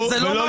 זה לא מה שנאמר.